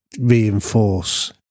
reinforce